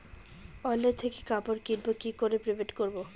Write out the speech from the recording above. Online থেকে কাপড় কিনবো কি করে পেমেন্ট করবো?